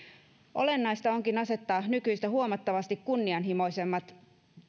olennaista onkin asettaa nykyistä huomattavasti kunnianhimoisemmat